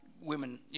women